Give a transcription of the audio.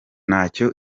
ntacyo